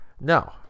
No